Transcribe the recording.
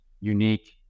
unique